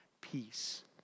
peace